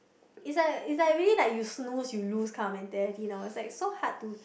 it's like it's like really like you snooze you lose kind of mentality you know it's like so hard to